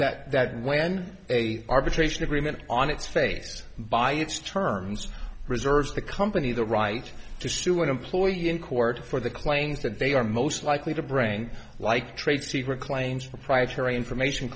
that that when a arbitration agreement on its face by its terms reserves the company the right to sue an employee in court for the claims that they are most likely to bring like trade secret claims proprietary information